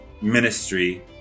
Ministry